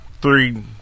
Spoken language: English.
three